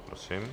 Prosím.